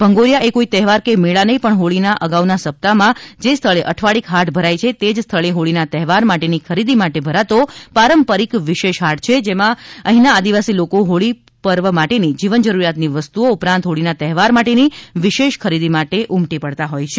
ભંગોરીયા એ કોઇ તહેવાર કે મેળા નહીં પણ હોળી ના અગાઉ ના સપ્તાહ માં જે સ્થળે અઠવાડિક હાટ ભરાઈ છે તે જ સ્થળે હોળીના તહેવાર માટે ની ખરીદી માટે ભરાતો પારંપારિક વિશેષ હાટ છે જેમાં અહીં ના આદિવાસી લોકો હોળી પર્વ માટેની જીવન જરૂરિયાતની વસ્તુઓ ઉપરાંત હોળી ના તહેવાર માટે ની વિશેષ ખરીદી માટે ઉમટી પડતા હોય છે